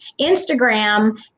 Instagram